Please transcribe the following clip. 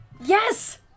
Yes